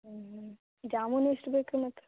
ಹ್ಞೂ ಹ್ಞೂ ಜಾಮೂನು ಎಷ್ಟು ಬೇಕು ರೀ ಮತ್ತೆ